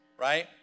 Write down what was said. Right